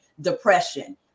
depression